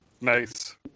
Nice